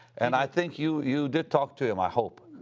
and i think you you did talk to him, i hope,